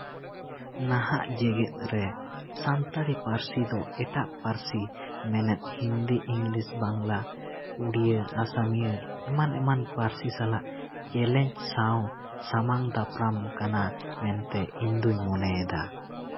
ᱱᱟᱦᱟᱜ ᱡᱮᱜᱮᱫ ᱨᱮ ᱥᱟᱱᱛᱟᱲᱤ ᱯᱟᱹᱨᱥᱤ ᱫᱚ ᱮᱴᱟᱜ ᱯᱟᱹᱨᱥᱤ ᱢᱮᱱᱮᱫ ᱦᱤᱱᱫᱤ ᱤᱝᱞᱤᱥ ᱵᱟᱝᱞᱟ ᱩᱲᱭᱟᱹ ᱟᱥᱟᱢᱤᱭᱟᱹ ᱮᱢᱟᱱ ᱮᱢᱟᱱ ᱯᱟᱹᱨᱥᱤ ᱥᱟᱞᱟᱜ ᱪᱮᱞᱮᱧᱡᱽ ᱥᱟᱶ ᱥᱟᱢᱟᱝ ᱫᱟᱯᱨᱟᱢ ᱟᱠᱟᱱᱟ ᱢᱮᱱᱛᱮ ᱤᱧ ᱫᱩᱧ ᱢᱚᱱᱮᱭᱮᱫᱟ